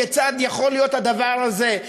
כיצד יכול להיות הדבר הזה?